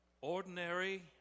Ordinary